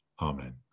Amen